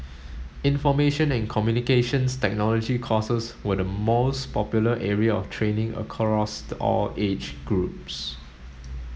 Information and Communications Technology courses were the most popular area of training across the all age groups